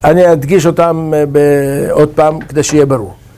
אני אדגיש אותם עוד פעם כדי שיהיה ברור.